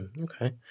Okay